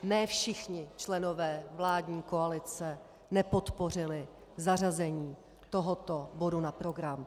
Ne všichni členové vládní koalice nepodpořili zařazení tohoto bodu na program.